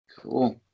cool